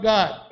God